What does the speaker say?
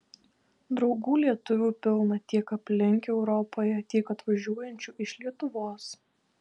draugų lietuvių pilna tiek aplink europoje tiek atvažiuojančių iš lietuvos